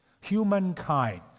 humankind